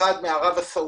אחד מערב הסעודית,